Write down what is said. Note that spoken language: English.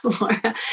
Laura